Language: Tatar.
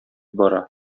бара